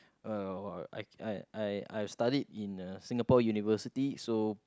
uh I I I I've studied in a Singapore University so